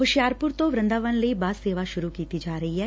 ਹੁਸ਼ਿਆਰਪੁਰ ਤੋ ਵਰਿੰਦਾਵਨ ਲਈ ਬੱਸ ਸੇਵਾ ਸੁਰੂ ਕੀਤੀ ਜਾ ਰਹੀ ਐ